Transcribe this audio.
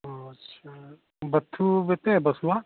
अच्छा बत्थू बेते हैं बथुआ